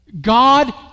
God